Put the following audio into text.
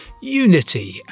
unity